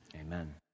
Amen